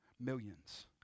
Millions